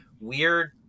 weird